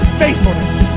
faithfulness